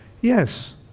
Yes